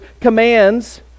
commands